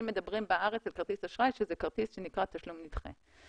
מדברים בארץ על כרטיס אשראי שזה כרטיס שנקרא תשלום נדחה.